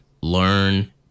learn